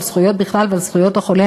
על זכויות בכלל ועל זכויות החולה,